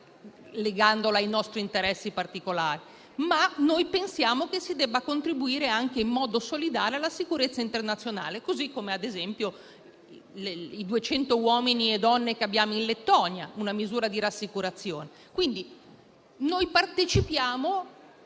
per i nostri interessi particolari, ma pensiamo che si debba contribuire anche in modo solidale alla sicurezza internazionale. Lo stesso vale, ad esempio, per i duecento uomini e donne che abbiamo in Lettonia: una misura di rassicurazione. Noi partecipiamo